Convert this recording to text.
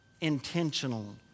Intentional